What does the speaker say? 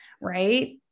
Right